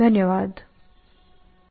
આભાર